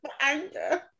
anger